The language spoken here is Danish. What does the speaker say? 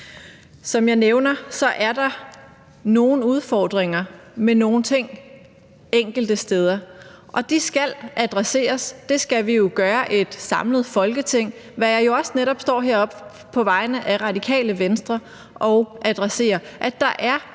Som jeg nævner, er der nogle udfordringer med nogle ting enkelte steder, og de skal adresseres. Det skal vi jo gøre i et samlet Folketing, og jeg står jo netop også heroppe på vegne af Radikale Venstre og adresserer, at der er